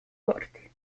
corti